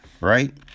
Right